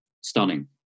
stunning